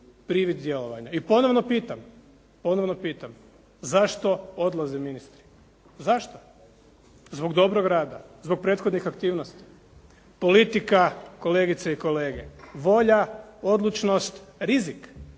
I ponovno pitam, zašto odlaze ministri? Zašto? Zbog dobrog rada? Zbog prethodnih aktivnosti? Politika kolegice i kolege, volja, odlučnost, rizik